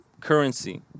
Currency